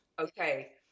okay